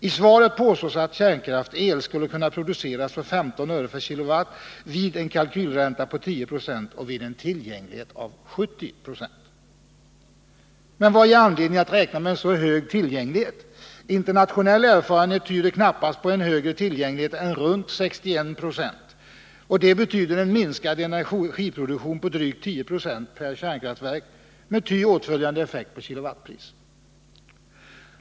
I svaret påstås att kärnkraftsel skulle kunna produceras för 15 öre/k Wh vid en kalkylränta på 10 96 och vid en tillgänglighet av 70 26. Men vad ger oss anledning att räkna med en så hög tillgänglighet? Internationell erfarenhet tyder knappast på en högre tillgänglighet än omkring 61 96. Detta betyder en minskning av energiproduktionen med drygt 10 96 per kärnkraftverk med ty åtföljande effekt på kilowattimpriset.